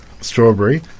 strawberry